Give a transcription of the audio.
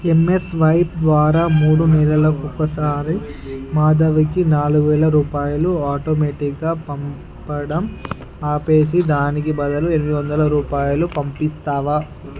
MS వైప్ ద్వారా మూడు నెలలకి ఒకసారి మాధవికి నాలుగు వేల రూపాయలు ఆటోమేటిక్గా పంపడం ఆపేసి దానికి బదులు ఎనిమిది వందల రూపాయలు పంపిస్తావా